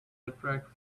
attract